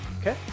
Okay